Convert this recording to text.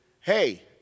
hey